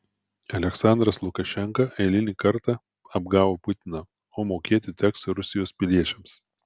aliaksandras lukašenka eilinį kartą apgavo putiną o mokėti teks rusijos piliečiams